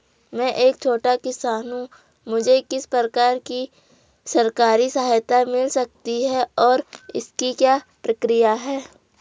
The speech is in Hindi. मैं एक छोटा किसान हूँ मुझे किस प्रकार की सरकारी सहायता मिल सकती है और इसकी क्या प्रक्रिया है?